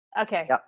Okay